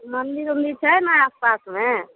मंदिर उन्दिर छै ने आसपासमे